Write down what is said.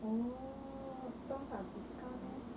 orh 多少 discount leh